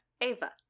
Ava